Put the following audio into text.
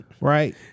right